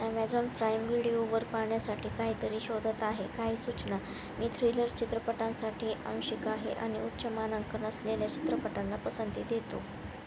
Amazon prime video वर पाहाण्यासाठी काहीतरी शोधत आहे काही सूचना मी थ्रिलर चित्रपटांसाठी अंशिक आहे आणि उच्च मानांकन असलेल्या चित्रपटांना पसंती देतो